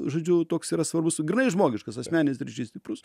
žodžiu toks yra svarbus grynai žmogiškas asmeninis ryšys stiprus